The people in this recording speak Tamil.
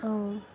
ம்